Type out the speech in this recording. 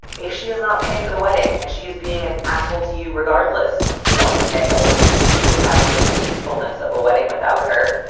if she is not paying for the wedding and she is being an asshole to you regardless. you know, at least you could have the peacefulness of a wedding without her.